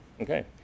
Okay